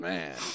Man